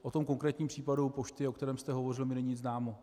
O tom konkrétním případu pošty, o kterém jste hovořil, mi není známo.